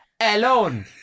alone